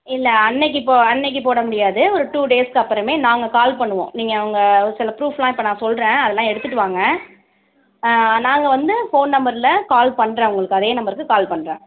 இல்லை அன்னிக்கு போ அன்னிக்கு போட முடியாது ஒரு டூ டேஸ்க்கு அப்புறமே நாங்கள் கால் பண்ணுவோம் நீங்கள் அவங்க சில ப்ரூஃப்பெல்லாம் இப்போ நான் சொல்கிறேன் அதெல்லாம் எடுத்துகிட்டு வாங்க ஆ நாங்கள் வந்து ஃபோன் நம்பரில் கால் பண்ணுறேன் உங்களுக்கு அதே நம்பருக்கு கால் பண்ணுறேன்